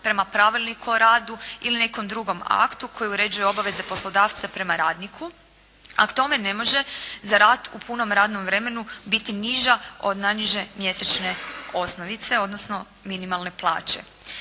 prema Pravilniku o radu ili nekom drugom aktu koji uređuje obaveze poslodavca prema radniku, a k tome ne može za rad u punom radnom vremenu biti niža od najniže mjesečne osnovice, odnosno minimalne plaće.